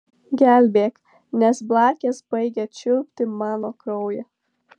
gelbėk nes blakės baigia čiulpti mano kraują